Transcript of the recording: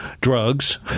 drugs